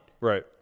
Right